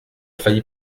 failli